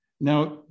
Now